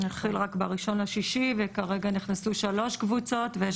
התחיל רק ב-1 ביוני וכרגע נכנסו 3 קבוצות ויש